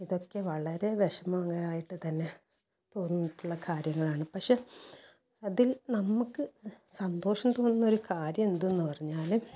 ഇതൊക്കെ വളരെ വിഷമങ്ങളായിട്ട് തന്നെ തോന്നിയിട്ടുള്ള കാര്യങ്ങളാണ് പക്ഷെ അതിൽ നമുക്ക് സന്തോഷം തോന്നുന്ന ഒരു കാര്യം എന്തെന്ന് പറഞ്ഞാല്